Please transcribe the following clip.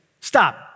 stop